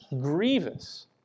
grievous